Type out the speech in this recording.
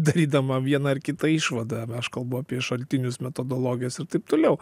darydama vieną ar kitą išvadą aš kalbu apie šaltinius metodologijas ir taip toliau